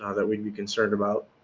ah that we'd be concerned about.